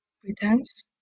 pretense